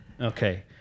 Okay